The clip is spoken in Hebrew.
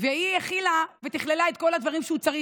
והיא הכילה ותכללה את כל הדברים שהוא צריך.